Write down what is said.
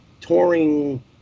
touring